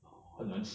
orh